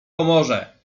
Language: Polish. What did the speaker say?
pomoże